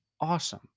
awesome